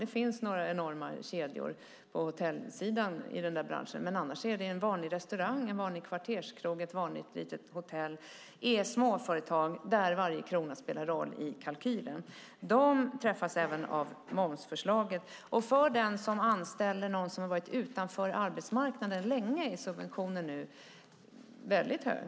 Det finns några enorma kedjor på hotellsidan i denna bransch, men annars är det fråga om en vanlig restaurang, en vanlig kvarterskrog eller ett vanligt litet hotell som är småföretag där varje krona spelar roll i kalkylen. De träffas även av momsförslaget. För den som anställer någon som har varit utanför arbetsmarknaden länge är subventionen nu mycket hög.